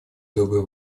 доброй